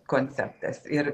konceptas ir